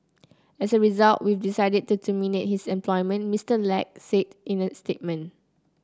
as a result we've decided to terminate his employment Mister Lack said in a statement